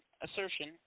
assertion